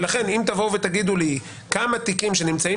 ולכן אם תגידו לי כמה תיקים שנמצאים